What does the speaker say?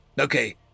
Okay